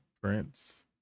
Prince